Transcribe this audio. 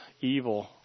evil